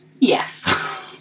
yes